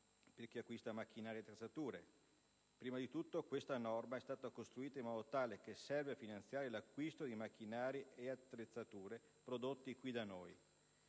Prima di tutto, questa norma è stata costruita in modo tale che serve a finanziare l'acquisto di macchinari e attrezzature prodotti qui da noi.